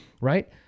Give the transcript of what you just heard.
right